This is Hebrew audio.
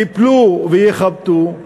ייפלו וייחבטו.